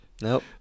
Nope